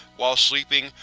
while sleeping,